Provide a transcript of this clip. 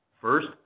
First